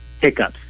hiccups